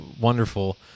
wonderful